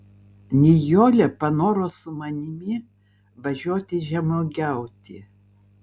nijolė panoro su manimi važiuoti žemuogiauti